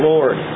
Lord